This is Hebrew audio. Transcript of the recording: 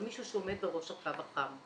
מישהו שעומד בראש הקו חם.